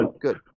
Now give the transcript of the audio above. good